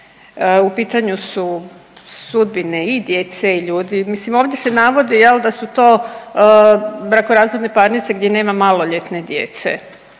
U pitanju su sudbine i djece i ljudi, mislim ovdje se navodi, je li, da su to brakorazvodne parnice gdje nema maloljetne djece,